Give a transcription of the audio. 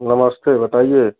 नमस्ते बताइए